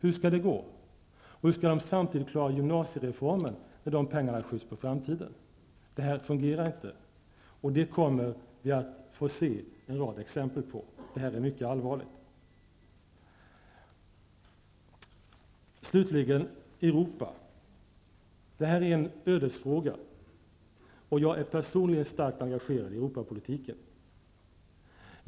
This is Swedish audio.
Hur skall det gå, och hur skall kommunerna samtidigt klara av gymnasiereformen när dessa pengar skjuts på framtiden? Detta fungerar inte, och det kommer vi att få se en rad exempel på. Detta är mycket allvarligt. Slutligen vill jag säga något om Europa. Det är en ödesfråga. Jag är personligen starkt engagerad i Europapolitiken.